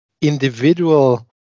individual